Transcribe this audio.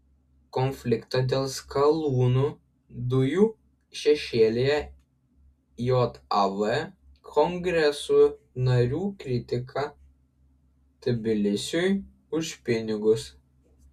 konflikto dėl skalūnų dujų šešėlyje jav kongreso narių kritika tbilisiui už pinigus